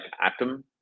Atom